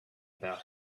about